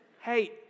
hey